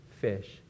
fish